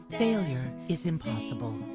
failure is impossible.